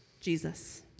Jesus